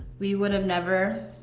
we would have never